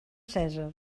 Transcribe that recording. cèsar